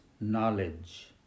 knowledge